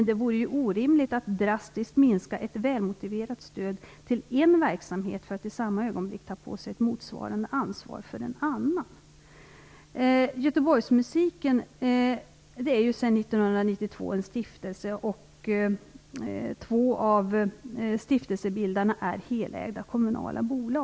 Det vore orimligt att drastiskt minska ett välmotiverat stöd till en verksamhet för att i samma ögonblick ta på sig ett motsvarande ansvar för en annan. Göteborgsmusiken är sedan 1992 en stiftelse. Två av stiftelsebildarna är helägda kommunala bolag.